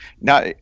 Now